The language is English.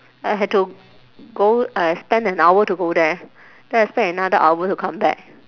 I had to go I spent an hour to go there then I spend another hour to come back